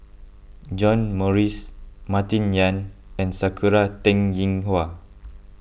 John Morrice Martin Yan and Sakura Teng Ying Hua